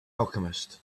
alchemist